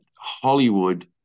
Hollywood